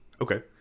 okay